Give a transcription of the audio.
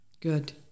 Good